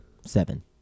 Seven